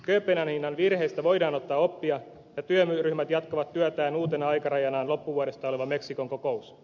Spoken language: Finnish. kööpenhaminan virheistä voidaan ottaa oppia ja työryhmät jatkavat työtään uutena aikarajanaan loppuvuodesta oleva meksikon kokous